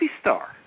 star